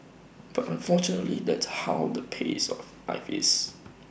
but unfortunately that's how the pace of life is